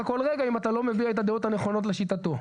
כל רגע אם אתה לא מביע את הדעות הנכונות לשיטתו,